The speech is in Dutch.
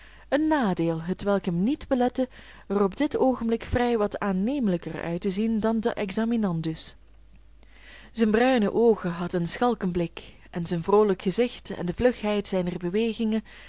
een nadeel hetwelk hem niet belette er op dit ogenblik vrij wat aannemelijker uit te zien dan de examinandus zijne bruine oogen hadden een schalken blik en zijn vroolijk gezicht en de vlugheid zijner bewegingen